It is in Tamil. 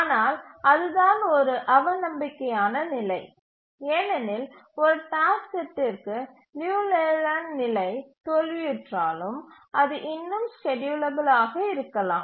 ஆனால் அதுதான் ஒரு அவநம்பிக்கையான நிலை ஏனெனில் ஒரு டாஸ்க் செட்டிற்கு லியு லேலண்ட் நிலை தோல்வியுற்றாலும் அது இன்னும் ஸ்கேட்யூலபில் ஆக இருக்கலாம்